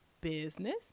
business